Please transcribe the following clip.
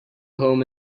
home